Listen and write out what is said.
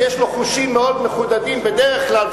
שיש לו חושים מאוד מחודדים בדרך כלל,